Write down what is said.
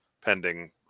pending